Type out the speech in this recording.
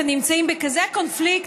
והם נמצאים בכזה קונפליקט,